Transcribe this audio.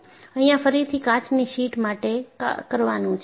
અહિયાં ફરીથી કાચની શીટ માટે કરવાનું છે